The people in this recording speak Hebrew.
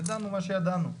ידענו מה שידענו.